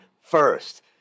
first